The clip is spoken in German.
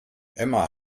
emma